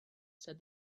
said